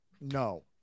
No